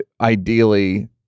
ideally